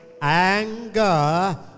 anger